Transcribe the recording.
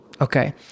Okay